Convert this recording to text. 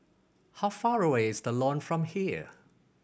how far away is The Lawn from here